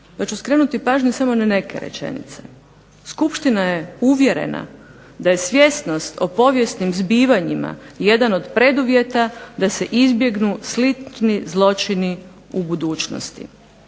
pa ću skrenuti pažnju samo na neke rečenice. Skupština je uvjerena da je svjesnost o povijesnim zbivanjima jedan od preduvjeta da se izbjegnu slični zločini u budućnosti.